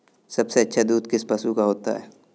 सबसे अच्छा दूध किस पशु का होता है?